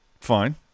Fine